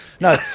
No